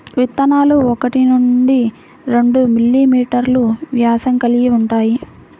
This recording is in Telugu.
విత్తనాలు ఒకటి నుండి రెండు మిల్లీమీటర్లు వ్యాసం కలిగి ఉంటాయి